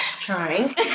trying